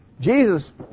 Jesus